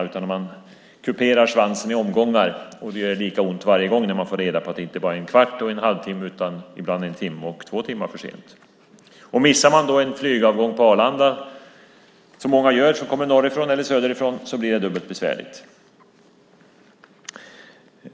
I stället kuperar man svansen i omgångar, och det gör lika ont varje gång man får reda på att det inte bara rör sig om en kvart och en halvtimme utan ibland är tåget både en och två timmar försenat. Om man då missar en flygavgång på Arlanda, som många som kommer norrifrån och söderifrån gör, blir det dubbelt besvärligt.